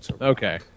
Okay